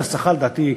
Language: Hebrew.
לדעתי,